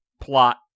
plot